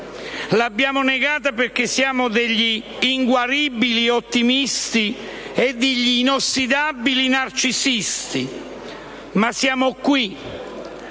l'abbiamo negata perché siamo degli inguaribili ottimisti e degli inossidabili narcisisti, ma siamo qui